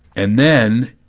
and then,